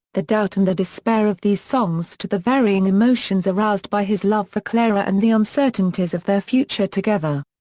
the doubt and the despair of these songs to the varying emotions aroused by his love for clara and the uncertainties of their future together.